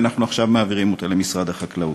ואנחנו עכשיו מעבירים אותו למשרד החקלאות.